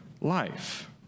life